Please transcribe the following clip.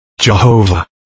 Jehovah